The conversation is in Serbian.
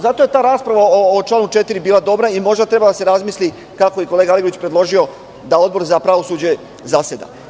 Zato je ta rasprava o članu 4. bila dobra i možda treba da se razmisli, kako je i kolega Aligrudić predložio, da Odbor za pravosuđe zaseda.